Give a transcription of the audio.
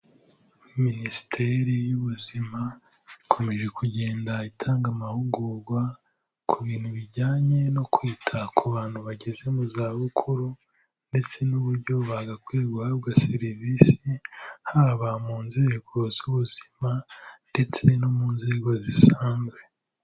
Minisiteri y'ubuzima ikomeje kugenda itanga amahugurwa ku bintu bijyanye no kwita ku bantu bageze mu za bukuru, ndetse n'uburyo bagakwiye guhabwa serivisi haba mu nzego z'ubuzima ndetse no mu nzego zisanzwe.